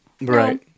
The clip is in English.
Right